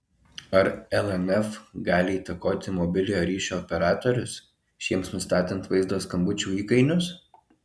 ar lnf gali įtakoti mobiliojo ryšio operatorius šiems nustatant vaizdo skambučių įkainius